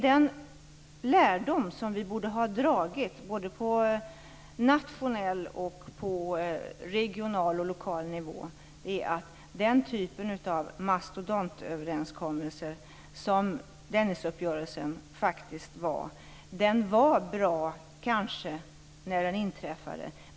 Den lärdom som vi borde ha dragit både på nationell nivå och på regional och lokal nivå är att den typ av mastodontöverenskommelse som Dennisuppgörelsen faktiskt var, kanske var bra när den inträffade.